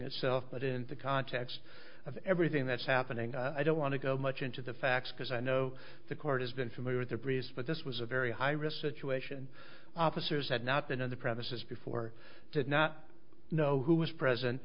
itself but in the context of everything that's happening i don't want to go much into the facts because i know the court has been familiar with the prius but this was a very high risk situation officers had not that on the premises before did not know who was present